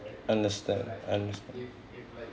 understand understand